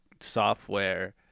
software